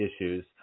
issues